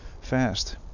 fast